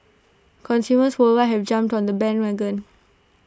consumers worldwide have jumped on the bandwagon